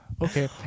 okay